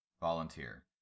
Volunteer